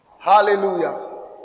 Hallelujah